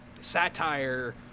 satire